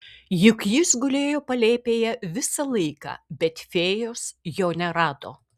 juk jis gulėjo palėpėje visą laiką bet fėjos jo nerado